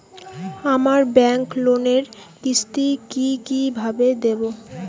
আমার ব্যাংক লোনের কিস্তি কি কিভাবে দেবো?